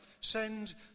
Send